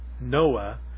Noah